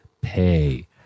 pay